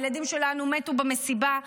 הילדים שלנו מתו במסיבה,